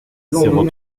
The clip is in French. zéro